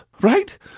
right